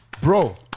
Bro